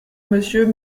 monsieur